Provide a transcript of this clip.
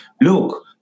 Look